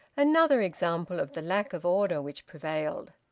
another example of the lack of order which prevailed!